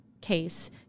case